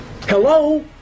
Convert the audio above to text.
Hello